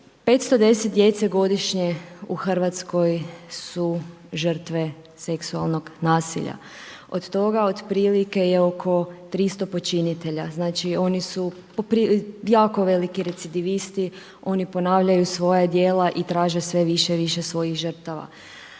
510 djece godišnje u Hrvatskoj su žrtve seksualnog nasilja, od toga, otprilike je oko 300 počinitelja, znači oni su jako veliki recidivisti, oni ponavljaju svoja djela i traže sve više i više svojih žrtava.